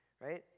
right